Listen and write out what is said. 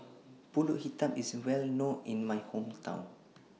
Pulut Hitam IS Well known in My Hometown